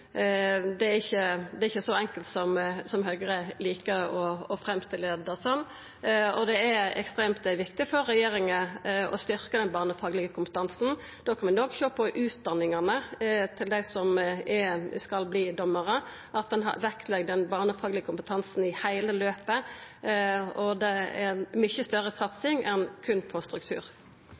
er ikkje så enkelt som Høgre liker å framstille det. Det er ekstremt viktig for regjeringa å styrkja den barnefaglege kompetansen. Da kan vi òg sjå på utdanningane til dei som skal verta dommarar, at ein legg vekt på den barnefaglege kompetansen i heile løpet. Det er ei mykje større satsing enn berre struktur.